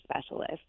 specialist